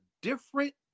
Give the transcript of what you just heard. different